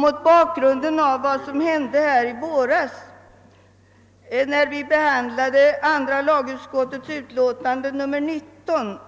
Mot bakgrund av vad som hände i våras, när vi behandlade andra lagutskottets utlåtande nr 19,